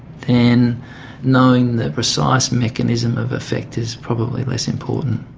then knowing the precise mechanism of effect is probably less important.